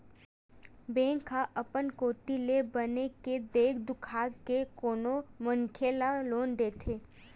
bank ह अपन कोती ले बने के देख दुखा के कोनो मनखे ल लोन देथे